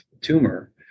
tumor